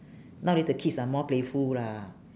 nowadays the kids are more playful lah